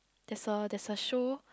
there's a there's a show